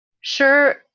sure